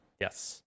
Yes